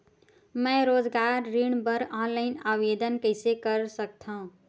मैं रोजगार ऋण बर ऑनलाइन आवेदन कइसे कर सकथव?